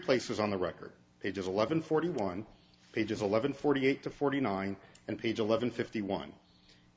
places on the record they just eleven forty one pages eleven forty eight to forty nine and page eleven fifty one